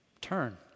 Turn